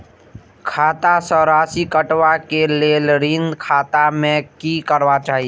खाता स राशि कटवा कै लेल ऋण खाता में की करवा चाही?